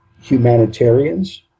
humanitarians